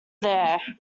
there